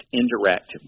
indirect